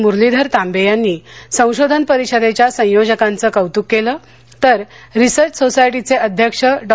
मुरलीधर तांबे यांनी संशोधन परिषदेच्या संयोजकांचे कौतुक केलं तररिसर्च सोसाटीचे अध्यक्ष डॉ